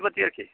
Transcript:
बेफोरबादि आरोखि